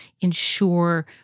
ensure